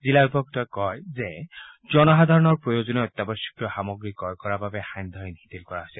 জিলা উপায়ুক্তই কয় যে জনসাধাৰণৰ প্ৰয়োজনীয় অত্যাৱশ্যকীয় সামগ্ৰী ক্ৰয় কৰাৰ বাবে সান্ধ্য আইন শিথিল কৰা হৈছে